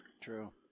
True